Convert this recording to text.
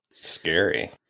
Scary